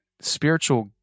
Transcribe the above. spiritual